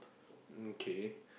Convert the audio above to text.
okay